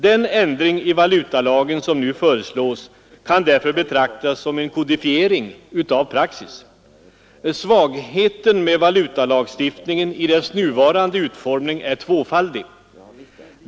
Den ändring i valutalagen som nu föreslås kan därför betraktas som kodifiering av praxis. Svagheten med valutalagstiftningen i dess nuvarande utformning är tvåfaldig.